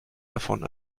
davon